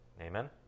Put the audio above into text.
Amen